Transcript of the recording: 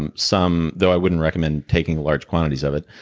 um some. though i wouldn't recommend taking large quantities of it.